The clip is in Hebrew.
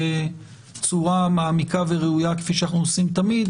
בצורה מעמיקה וראויה כפי שאנחנו עושים תמיד.